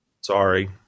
Sorry